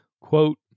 Quote